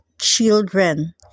children